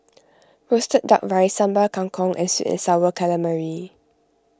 Roasted Duck Rice Sambal Kangkong and Sweet and Sour Calamari